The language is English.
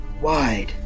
wide